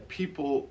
people